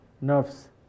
nerves